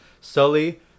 Sully